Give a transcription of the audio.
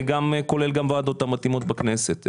כולל גם הוועדות המתאימות בכנסת.